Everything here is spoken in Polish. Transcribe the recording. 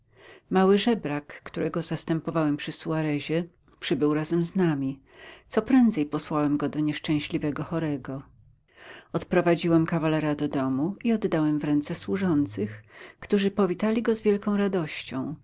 mały żebrak którego zastępowałem przy suarezie przybył razem z nami co prędzej posłałem go do nieszczęśliwego chorego odprowadziłem kawalera do domu i oddałem w ręce służących którzy powitali go z wielką radością